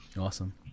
Awesome